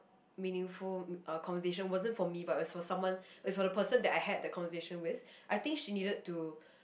meaningful uh conversation wasn't for me but was for someone is for the person that I had the conversation with I think she needed to